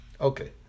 Okay